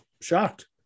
Shocked